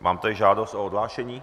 Mám tady žádost o odhlášení?